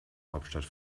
hauptstadt